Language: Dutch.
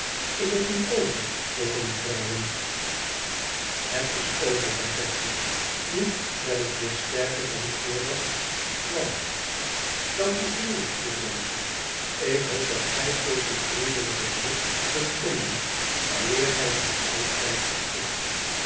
tis het nu over vroegen de vrouwen het is over zei betje nu ben ik weer sterker dan voordat het kwam dank u vriendelijk goede menschen ik hoo dat gij even vriendelijke hulp zult vinden wanneer gij zoo oud zijt als ik